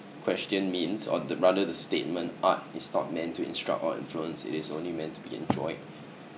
question means or th~ rather the statement art is not meant to instruct or influence it is only meant to be enjoyed